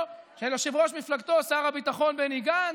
של יושב-ראש מפלגתו שר הביטחון בני גנץ,